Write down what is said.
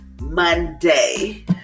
Monday